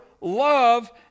love